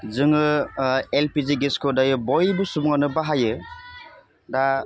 जोङो एलपिजि गेसखौ दायो बयबो सुबुङानो बाहाययो दा